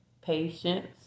patience